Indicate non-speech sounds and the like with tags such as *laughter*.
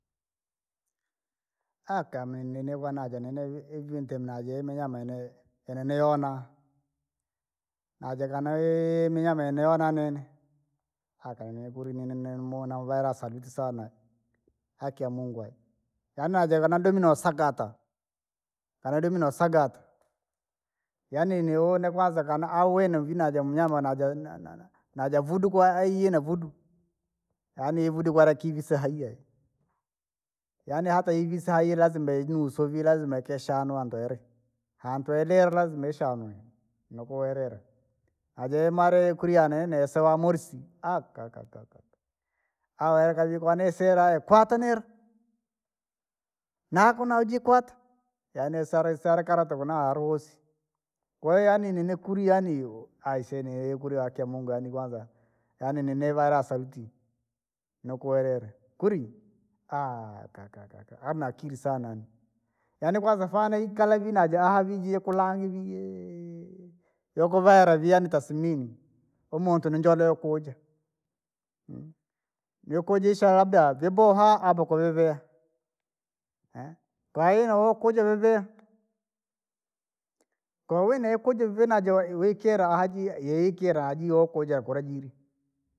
Akaa niniva na jaa niniva ivinti naje ivi minyama ineyi yeniyoona. Najaa kaa ihii minyama yee niyoona nini, *hesitation* niye kuri nini nimuona naisaira saluti saana, haki ya mungu ayi, yaani najega na nadomire noosakata, yaani nodomne nosagata, yaani ivudu kwara akivise hai nione kwanza kana auene vii na ja munyama na ja- na- na- na, najavudukua ayiiyee na vuduu. Yaani ivudu kwara kivise haiyee, yaani hata hivi sa hai lazima iguswe vii ayii lazima ikishanua ndwele, hantu ilire lazima isharwe, nileuwire, najaimware kuni yaani isewa monisi, *hesitation* awekwa jika nasire kwata niira. Nakuna ujikwata! Yaani sinikera tamaa hani hoosi, kwahiyo yaani nini kuri yaani yoo aisee nii kuri haki ya mungu yaani kwanza, yaani nine valasa. *unintelligible* nukuelela kuri *hesitation* *unintelligible* ana akili sana, yaani kwanza faa nainikara lakini aja ahavijie kulangivijie! Yokovala vianita tasmini, uhu muntu nijoole yookuja, *hesitation* nikuja isee labda vyaboha au baku vyaviakoo, *hesitation* kwahiyo waohuja vyavia. Kowine ikuja ivijoivi naja wikire aha jeiya yoyo yiikire woukuja jiri.